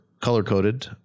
color-coded